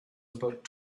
about